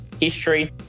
history